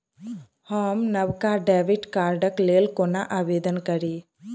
हम नवका डेबिट कार्डक लेल कोना आवेदन करी?